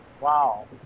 Wow